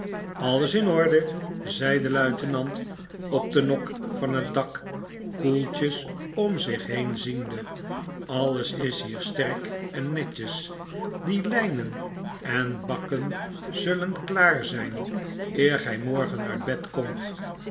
alles in orde zei de luitenant op den nok van het dak koeltjes om zich heenziende alles is hier sfcerk en netjes die lynen en bakken zullen klaar z jn eer gy morgen uit bed komt